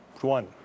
One